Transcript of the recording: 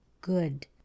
good